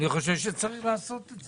אני חושב שצריך לעשות את זה.